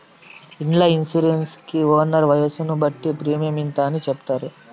ఇండ్ల ఇన్సూరెన్స్ కి ఓనర్ వయసును బట్టి ప్రీమియం ఇంత అని చెప్తారు